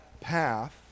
path